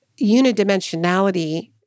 unidimensionality